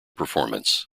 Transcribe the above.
performance